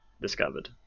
discovered